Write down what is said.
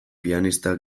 pianista